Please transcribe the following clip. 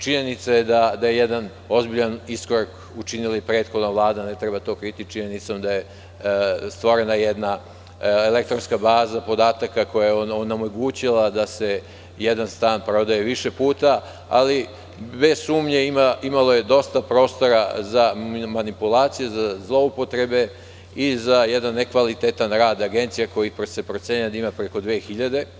Činjenica je da je jedan ozbiljan iskorak učinila i prethodna Vlada, ne treba to kriti, činjenicom da je stvorena jedna elektronska baza podataka koja je onemogućila da se jedan stan prodaje više puta, ali bez sumnje imalo je dosta prostora za manipulacije, za zloupotrebe i za jedan nekvalitetan rad agencija, kojih se procenjuje da ima preko 2.000.